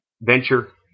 venture